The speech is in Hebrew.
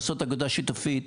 לעשות אגודה שיתופית,